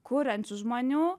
kuriančių žmonių